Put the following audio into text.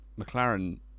McLaren